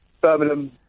Birmingham